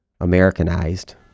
Americanized